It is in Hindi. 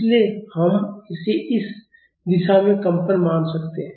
इसलिए हम इसे इस दिशा में कंपन मान सकते हैं